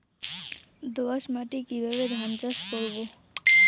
দোয়াস মাটি কিভাবে ধান চাষ করব?